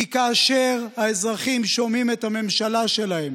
כי כאשר האזרחים שומעים את הממשלה שלהם